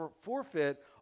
forfeit